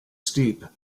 steep